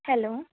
hello